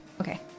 okay